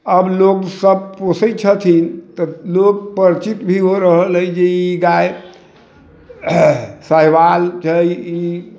अब लोक सभ पोषै छथिन तऽ लोक परिचित भी हो रहल अछि जे ई गाय सहवाल छै ई